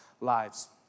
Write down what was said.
lives